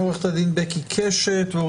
עורכת הדין בקי קשת מרבנים לזכויות אדם.